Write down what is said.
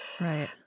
Right